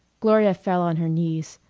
gloria fell on her knees.